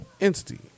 entity